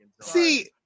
See